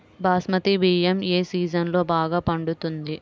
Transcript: బాస్మతి బియ్యం ఏ సీజన్లో బాగా పండుతుంది?